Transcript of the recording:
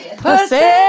pussy